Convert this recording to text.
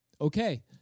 Okay